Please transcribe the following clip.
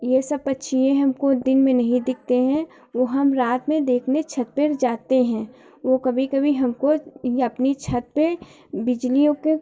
यह सब पक्षी यह हमको दिन में नहीं दिखते हैं वह हम रात में देखने छत पर जाते हैं वह कभी कभी हमको या अपनी छत पर बिजलियों के